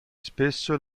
spesso